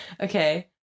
Okay